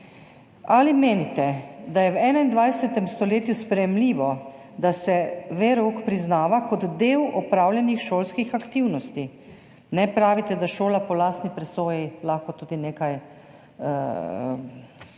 Ali menite, da je v 21. stoletju sprejemljivo, da se verouk priznava kot del opravljenih šolskih aktivnosti? Pravite, da lahko šola po lastni presoji tudi nekaj presoja,